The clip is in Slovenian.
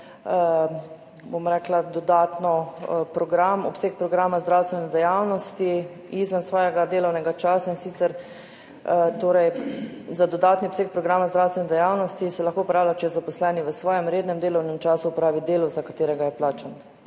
bom rekla, dodatno program, obseg programa zdravstvene dejavnosti izven svojega delovnega časa, in sicer torej za dodatni obseg programa zdravstvene dejavnosti se lahko opravlja, če zaposleni v svojem rednem delovnem času opravi delo, za katerega je plačan.